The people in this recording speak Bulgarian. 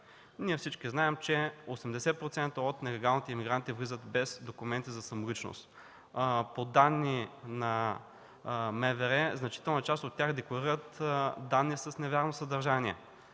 Всички знаем, че 80% от нелегалните имигранти влизат без документи за самоличност. По данни на МВР значителна част от тях декларират данни с невярно съдържание.